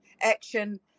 action